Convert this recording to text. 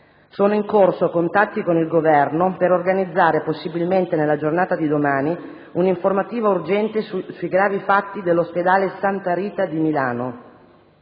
Sono in corso contatti con il Governo per organizzare - possibilmente nella giornata di domani - un'informativa urgente sui gravi fatti dell'ospedale Santa Rita di Milano.